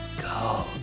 Go